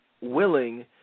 willing